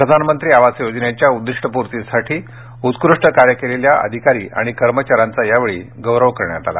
प्रधानमंत्री आवास योजनेच्या उद्दिष्टपूर्तींसाठी उत्कृष्ट कार्य केलेल्या अधिकारी आणि कर्मचाऱ्यांचा यावेळी गौरव करण्यात आला